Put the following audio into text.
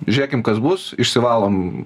žiūrėkim kas bus išsivalom